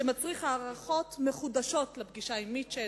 שמצריך היערכות מחודשות לפגישה עם מיטשל?